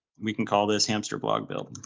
we can call this hamsterblog build.